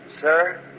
sir